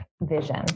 vision